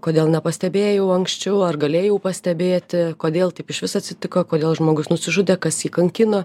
kodėl nepastebėjau anksčiau ar galėjau pastebėti kodėl taip išvis atsitiko kodėl žmogus nusižudė kas jį kankino